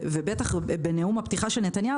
ובטח בנאום הפתיחה של נתניהו,